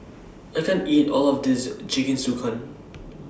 I can't eat All of This Jingisukan